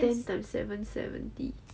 ten times seven seventy